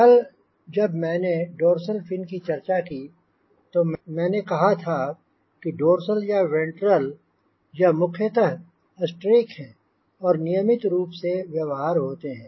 कल जब मैंने डोर्सल फिन की चर्चा की तो कहा था कि डोर्सल या वेंट्रल यह मुख्यतः स्ट्रेक हैं और नियमित रूप से व्यवहार होते हैं